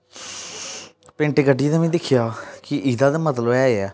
painting कड्ढी ते में दिक्खेआ कि एह्दा मतलब ते ऐ ऐ